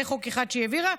זה חוק אחד שהיא העבירה,